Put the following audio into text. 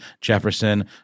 Jefferson